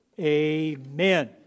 Amen